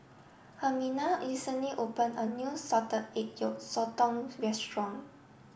Herminia recently opened a new Salted Egg Yolk Sotong Restaurant